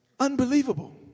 Unbelievable